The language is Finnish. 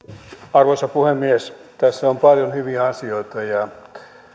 arvoisa puhemies tässä on paljon hyviä asioita ja